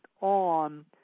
on